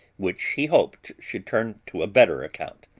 which he hoped should turn to a better account.